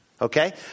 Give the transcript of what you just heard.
Okay